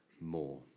more